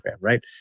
right